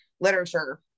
literature